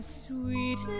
sweet